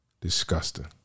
disgusting